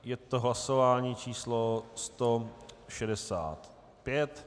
Je to hlasování číslo 165.